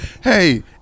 Hey